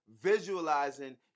visualizing